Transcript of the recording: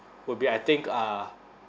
would be I think uh